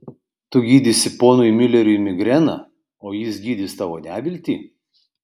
tu gydysi ponui miuleriui migreną o jis gydys tavo neviltį